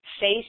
face